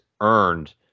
earned